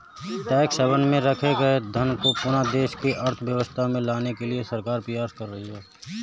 tax haven में रखे गए धन को पुनः देश की अर्थव्यवस्था में लाने के लिए सरकार प्रयास कर रही है